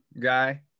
guy